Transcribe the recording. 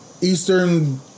Eastern